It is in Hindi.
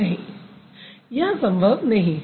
नहीं यह संभव नहीं है